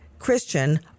Christian